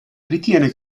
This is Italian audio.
ritiene